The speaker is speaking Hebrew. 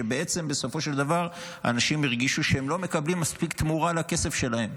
שבעצם בסופו של דבר אנשים הרגישו שהם לא מקבלים מספיק תמורה לכסף שלהם.